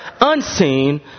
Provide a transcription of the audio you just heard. unseen